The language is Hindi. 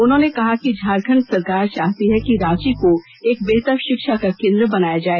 उन्होंने कहा कि झारखंड सरकार चाहती है कि रांची को एक बेहतर शिक्षा का केंद्र बनाया जाए